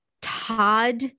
Todd